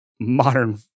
modern